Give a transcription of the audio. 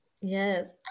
Yes